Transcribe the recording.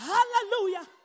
Hallelujah